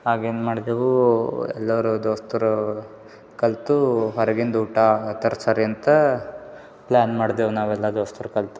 ಆಗ ಏನು ಮಾಡಿದೆವು ಎಲ್ಲರು ದೋಸ್ತರು ಕಲೆತು ಹೊರಗಿಂದು ಊಟ ತರ್ಸರೆ ಅಂತ ಪ್ಲ್ಯಾನ್ ಮಾಡ್ದೆವು ನಾವೆಲ್ಲ ದೋಸ್ತರು ಕಲ್ತು